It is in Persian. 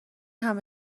همه